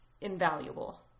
invaluable